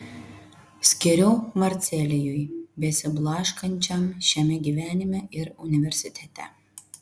skiriu marcelijui besiblaškančiam šiame gyvenime ir universitete